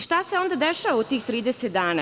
Šta se onda dešava u tih 30 dana?